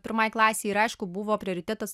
pirmai klasei ir aišku buvo prioritetas